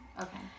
Okay